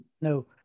no